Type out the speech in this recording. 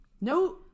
No